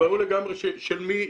ברורה לגמרי התשובה.